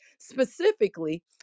Specifically